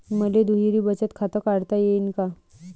मले दुहेरी बचत खातं काढता येईन का?